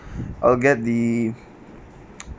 I'll get the